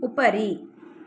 उपरि